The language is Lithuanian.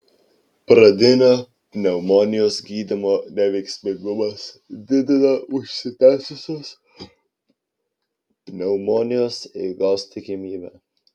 pradinio pneumonijos gydymo neveiksmingumas didina užsitęsusios pneumonijos eigos tikimybę